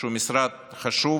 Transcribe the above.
שהוא משרד חשוב